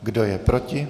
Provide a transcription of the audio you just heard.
Kdo je proti?